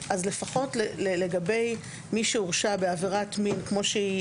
אז לפחות לגבי מי שהורשע בעבירת מין כמו שהיא